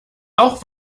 auch